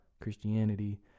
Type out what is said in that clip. Christianity